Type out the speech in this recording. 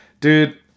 dude